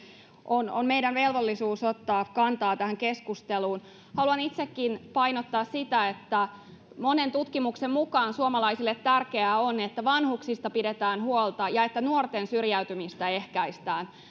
on on meidän velvollisuutemme ottaa kantaa tähän keskusteluun haluan itsekin painottaa sitä että monen tutkimuksen mukaan suomalaisille tärkeää on että vanhuksista pidetään huolta ja että nuorten syrjäytymistä ehkäistään